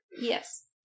Yes